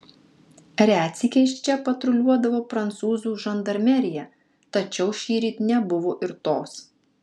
retsykiais čia patruliuodavo prancūzų žandarmerija tačiau šįryt nebuvo ir tos